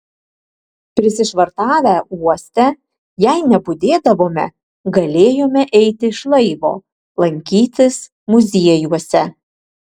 prisišvartavę uoste jei nebudėdavome galėjome eiti iš laivo lankytis muziejuose